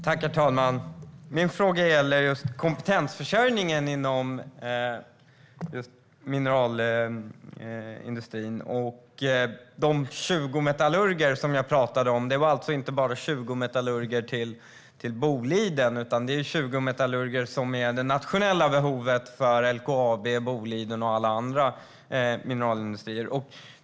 Herr talman! Min fråga gäller kompetensförsörjningen inom mineralindustrin. De 20 metallurger som jag talade om var alltså inte bara till Boliden, utan 20 metallurger är det nationella behovet för LKAB, Boliden och alla andra mineralindustrier.